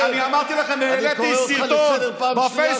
אני אמרתי לכם, אני קורא אותך לסדר בפעם השנייה.